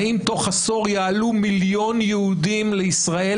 האם בתוך עשור יעלו מיליון יהודים לישראל,